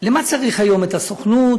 למה צריך היום את הסוכנות?